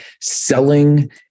selling